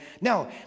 No